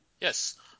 Yes